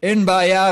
אין בעיה,